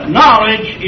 knowledge